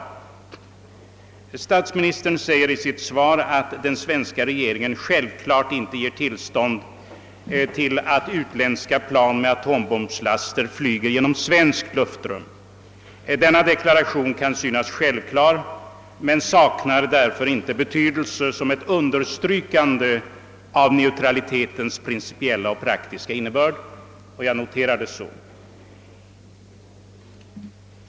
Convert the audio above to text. Statsministern säger i sitt svar »att den svenska regeringen självklart inte ger tillstånd till att utländska plan med atombomblaster flyger genom svenskt luftrum». Denna deklaration kan synas självklar, men saknar därför inte betydelse som ett understrykande av neutralitetens principiella och praktiska in nebörd, och jag uppfattar den på detta sätt.